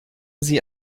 sie